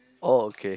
oh okay